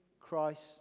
Christ